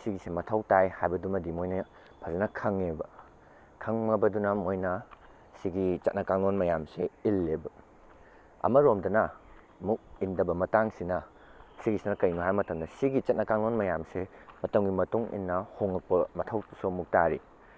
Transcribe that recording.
ꯁꯤꯒꯤꯁꯤ ꯃꯊꯧ ꯇꯥꯏ ꯍꯥꯏꯕꯗꯨꯃꯗꯤ ꯃꯣꯏꯅ ꯐꯖꯅ ꯈꯪꯉꯦꯕ ꯈꯪꯉꯕꯗꯨꯅ ꯃꯣꯏꯅ ꯁꯤꯒꯤ ꯆꯠꯅ ꯀꯥꯡꯂꯣꯟ ꯃꯌꯥꯝꯁꯤ ꯏꯜꯂꯦꯕ ꯑꯃꯔꯣꯝꯗꯅ ꯑꯃꯨꯛ ꯏꯟꯗꯕ ꯃꯇꯥꯡꯁꯤꯅ ꯁꯤꯒꯤꯁꯤꯅ ꯀꯩꯅꯣ ꯍꯥꯏꯕ ꯃꯇꯝꯗ ꯁꯤꯒꯤ ꯆꯠꯅ ꯀꯥꯡꯂꯣꯟ ꯃꯌꯥꯝꯁꯦ ꯃꯇꯝꯒꯤ ꯃꯇꯨꯡꯏꯟꯅ ꯍꯣꯡꯉꯛꯄ ꯃꯊꯧꯁꯨ ꯑꯃꯨꯛ ꯇꯥꯔꯤ